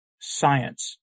Science